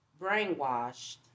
brainwashed